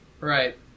Right